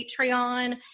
Patreon